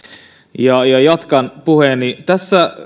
ja jatkan puhettani